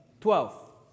Twelve